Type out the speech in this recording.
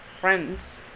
friends